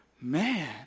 man